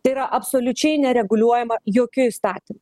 tai yra absoliučiai nereguliuojama jokiu įstatymu